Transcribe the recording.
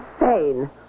insane